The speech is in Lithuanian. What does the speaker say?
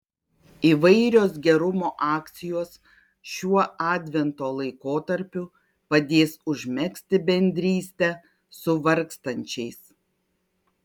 įvairios gerumo akcijos šiuo advento laikotarpiu padės užmegzti bendrystę su vargstančiais